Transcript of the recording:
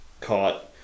caught